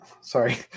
sorry